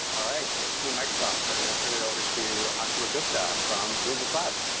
all right, thank you. microsoft. i'm going to turn it over to ashley gupta from google clap.